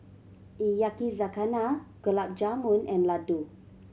Yakizakana Gulab Jamun and Ladoo